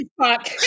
fuck